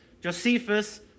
Josephus